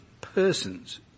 persons